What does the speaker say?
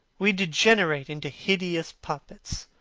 we degenerate into hideous puppets,